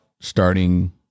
starting